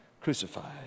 Crucified